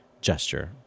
gesture